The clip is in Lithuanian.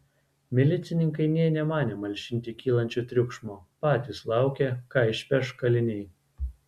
milicininkai nė nemanė malšinti kylančio triukšmo patys laukė ką išpeš kaliniai